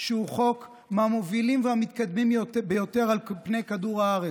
שהוא חוק מהמובילים והמתקדמים ביותר על פני כדור הארץ.